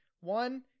One